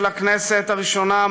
של הכנסת הראשונה,